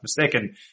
mistaken